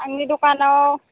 आंनि दखानाव